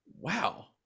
Wow